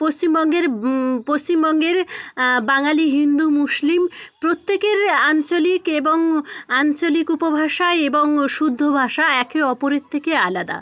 পশ্চিমবঙ্গের পশ্চিমবঙ্গের বাঙালি হিন্দু মুসলিম প্রত্যেকের আঞ্চলিক এবং আঞ্চলিক উপভাষা এবং শুদ্ধ ভাষা একে অপরের থেকে আলাদা